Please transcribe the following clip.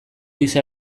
gisa